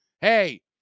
hey